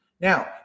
Now